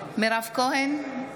מירב כהן,